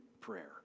prayer